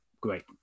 great